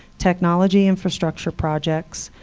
technology infrastructure projects,